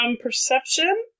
perception